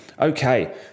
Okay